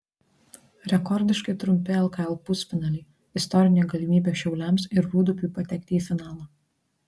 rekordiškai trumpi lkl pusfinaliai istorinė galimybė šiauliams ir rūdupiui patekti į finalą